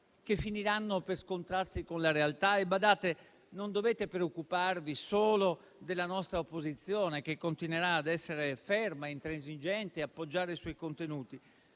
che finiranno per scontrarsi con la realtà. E, badate: non dovete preoccuparvi solo della nostra opposizione, che continuerà ad essere ferma, intransigente e ad appoggiare i suoi contenuti.